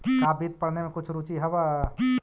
का वित्त पढ़ने में कुछ रुचि हवअ